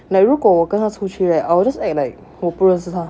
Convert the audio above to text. like 如果我跟他出去 right I'll just act like 我不认识他